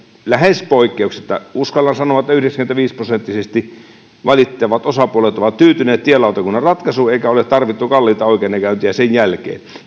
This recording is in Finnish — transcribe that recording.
lähes poikkeuksetta sellaisia uskallan sanoa että yhdeksänkymmentäviisi prosenttisesti että valittavat osapuolet ovat tyytyneet tielautakunnan ratkaisuun eikä ole tarvittu kalliita oikeudenkäyntejä sen jälkeen